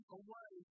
away